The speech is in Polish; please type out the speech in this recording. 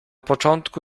początku